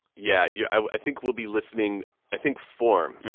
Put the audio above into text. yeah. yeah i think we'll be listening i think, form,